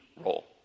role